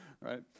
right